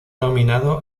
nominado